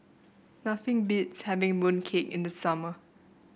nothing beats having mooncake in the summer